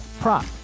prop